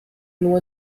know